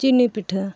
ᱪᱤᱱᱤ ᱯᱤᱴᱷᱟᱹ